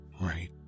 right